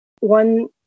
One